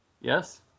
Yes